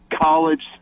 college